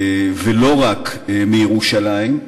ולא רק מירושלים,